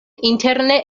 interne